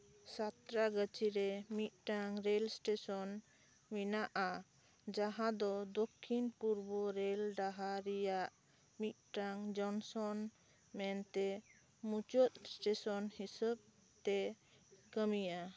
ᱥᱟᱛᱨᱟ ᱜᱟᱹᱪᱷᱤ ᱨᱮ ᱢᱤᱫᱴᱟᱝ ᱨᱮᱞ ᱥᱴᱮᱥᱚᱱ ᱢᱮᱱᱟᱜᱼᱟ ᱡᱟᱦᱟᱸ ᱫᱚ ᱫᱚᱠᱠᱷᱤᱱ ᱯᱩᱨᱵᱚ ᱨᱮᱞ ᱰᱟᱦᱟᱨ ᱨᱮᱭᱟᱜ ᱢᱤᱫᱴᱟᱝ ᱡᱚᱱᱥᱚᱱ ᱢᱮᱱᱛᱮ ᱢᱩᱪᱟᱹᱫ ᱥᱴᱮᱥᱚᱱ ᱦᱤᱥᱟᱹᱵ ᱛᱮ ᱠᱟᱹᱢᱤᱭᱟ